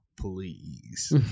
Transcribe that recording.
please